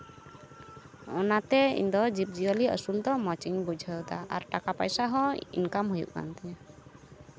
ᱚᱱᱟᱛᱮ ᱤᱧᱫᱚ ᱡᱤᱵᱽᱼᱡᱤᱭᱟᱹᱞᱤ ᱟᱹᱥᱩᱞ ᱫᱚ ᱢᱚᱡᱤᱧ ᱵᱩᱡᱷᱟᱹᱣᱫᱟ ᱟᱨ ᱴᱟᱠᱟ ᱯᱟᱭᱥᱟ ᱦᱚᱸ ᱤᱱᱠᱟᱢ ᱦᱩᱭᱩᱜ ᱠᱟᱱ ᱛᱤᱧᱟᱹ